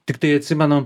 tiktai atsimenu